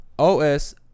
os